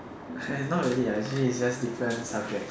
not really ah actually is just different subjects